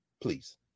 please